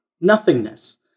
nothingness